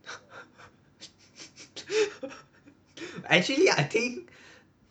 actually I think